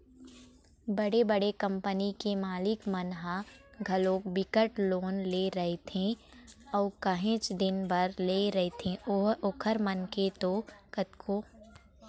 बड़े बड़े कंपनी के मालिक मन ह घलोक बिकट लोन ले रहिथे अऊ काहेच दिन बर लेय रहिथे ओखर मन के तो कतको जिनिस मन ह लोने म रहिथे